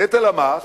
נטל המס,